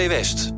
West